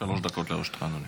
שלוש דקות לרשותך, אדוני.